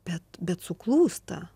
bet bet suklūsta